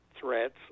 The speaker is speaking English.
threats